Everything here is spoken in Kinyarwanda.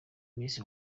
miss